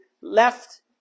left